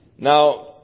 Now